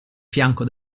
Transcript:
fianco